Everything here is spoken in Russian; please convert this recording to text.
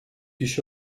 еще